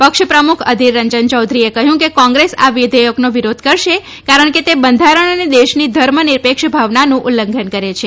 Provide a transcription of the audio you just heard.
પક્ષ પ્રમુખ અધીર રંજન ચૌધરીએ કહ્યું કે કોંગ્રેસ આ વિધેયકનો વિરોધ કરશે કારણ કે તે બંધારણ અને દેશની ધર્મ નિરપેક્ષ ભાવનાનું ઉલ્લંઘન કરે છે